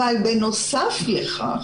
אבל בנוסף לכך